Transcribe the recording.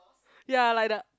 ya like the